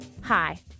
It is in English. Hi